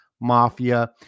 Mafia